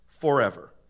forever